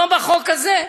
לא בחוק הזה.